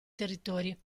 territori